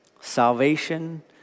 salvation